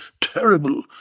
terrible